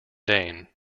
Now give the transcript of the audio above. dane